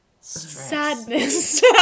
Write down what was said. Sadness